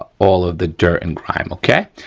ah all of the dirt and grime, okay.